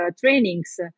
trainings